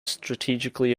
strategically